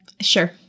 Sure